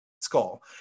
skull